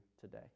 today